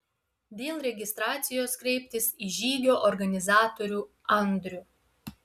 dėl registracijos kreiptis į žygio organizatorių andrių